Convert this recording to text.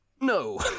No